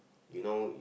you know